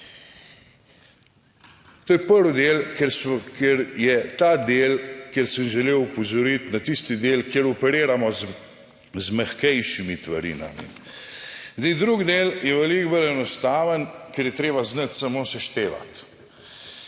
je ta del, kjer sem želel opozoriti na tisti del, kjer operiramo z mehkejšimi tvarinami. Zdaj drugi del je veliko bolj enostaven, ker je treba znati samo seštevati.